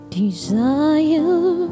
desire